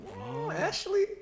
Ashley